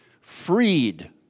freed